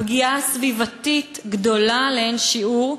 הפגיעה הסביבתית גדולה לאין שיעור.